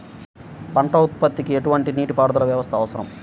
పంట ఉత్పత్తికి ఎటువంటి నీటిపారుదల వ్యవస్థ అవసరం?